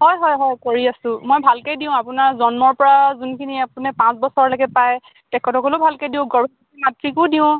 হয় হয় হয় কৰি আছো মই ভালকৈয়ে দিওঁ আপোনাৰ জন্মৰপৰা যোনখিনি আপুনি পাঁচ বছৰলৈকে পায় তেখেতসকলো ভালকৈ দিওঁ গৰ্ভৱতী মাতৃকো দিওঁ